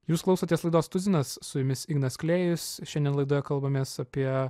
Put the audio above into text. jūs klausotės laidos tuzinas su jumis ignas klėjus šiandien laidoje kalbamės apie